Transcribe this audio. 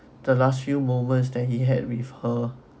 the last few moments that he had with her